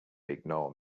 ignore